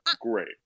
great